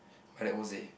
my dad won't say